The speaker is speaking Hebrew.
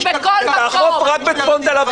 ותאכוף רק בצפון תל אביב.